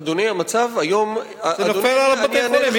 אדוני, המצב היום, זה נופל על בתי-החולים.